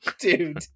Dude